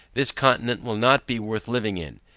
this continent will not be worth living in.